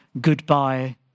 goodbye